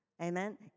amen